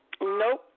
Nope